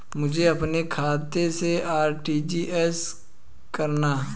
मुझे अपने खाते से आर.टी.जी.एस करना?